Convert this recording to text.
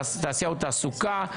תעשייה או תעסוקה,